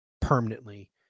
permanently